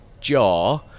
jar